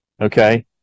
okay